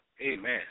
Amen